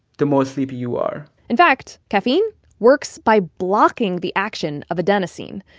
the more sleepy you are in fact, caffeine works by blocking the action of adenosine.